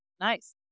Nice